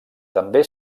també